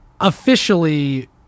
Officially